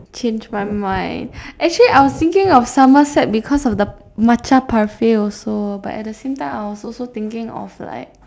change my mind actually I was thinking of Somerset because of the matcha parfait also but at the same time I was also thinking of like